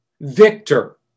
victor